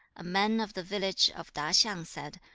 a man of the village of ta-hsiang said,